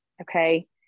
Okay